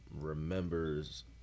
remembers